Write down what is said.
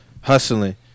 Hustling